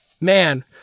man